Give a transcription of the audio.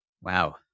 Wow